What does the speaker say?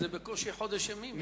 זה בקושי חודש ימים.